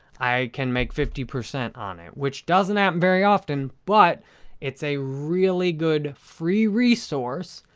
i can make fifty percent on it, which doesn't happen very often, but it's a really good free resource.